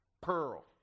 pearl